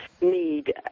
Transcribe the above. need